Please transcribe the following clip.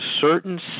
certain